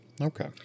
Okay